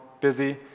busy